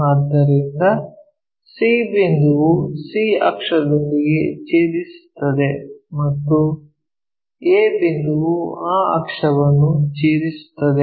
ಆದ್ದರಿಂದ c ಬಿಂದುವು c ಅಕ್ಷದೊಂದಿಗೆ ಛೇದಿಸುತ್ತದೆ ಮತ್ತು a ಬಿಂದುವು ಆ ಅಕ್ಷವನ್ನು ಛೇದಿಸುತ್ತದೆ